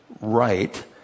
right